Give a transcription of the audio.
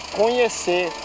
conhecer